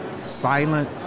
silent